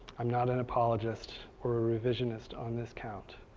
i'm not an apologist or a revisionist on this count.